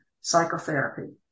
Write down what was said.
psychotherapy